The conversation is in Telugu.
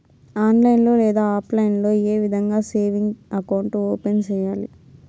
ఆన్లైన్ లో లేదా ఆప్లైన్ లో ఏ విధంగా సేవింగ్ అకౌంట్ ఓపెన్ సేయాలి